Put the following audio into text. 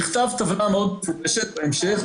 נכתב בצורה מפורשת בהמשך.